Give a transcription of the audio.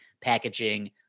packaging